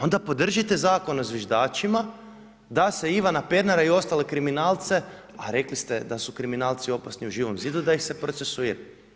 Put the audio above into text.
Onda podržite zakon o zviždačima da se Ivana Pernara i ostala kriminalce, a rekli ste da su kriminalci opasni u Živom zidu, da ih se procesuira.